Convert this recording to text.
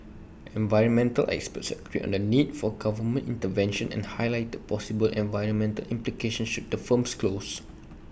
environmental experts agreed on the need for government intervention and highlighted possible environmental implications should the firms close